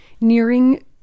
nearing